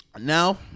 now